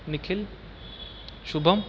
Nikhil Shubham